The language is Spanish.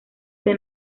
que